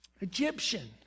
Egyptian